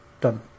done